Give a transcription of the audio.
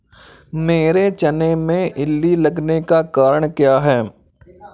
मेरे चने में इल्ली लगने का कारण क्या है?